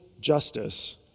justice